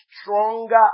stronger